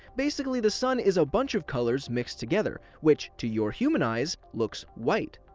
basically, the sun is a bunch of colors mixed together, which, to your human eyes, looks white.